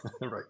right